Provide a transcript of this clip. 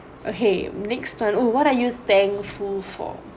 oh !hey! next turn !woo! what are you thankful for